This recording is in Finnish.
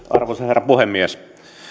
arvoisa herra puhemies